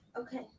Okay